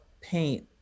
paint